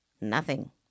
Nothing